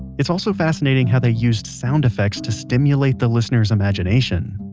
it's also fascinating how they used sound effects to stimulate the listener's imagination.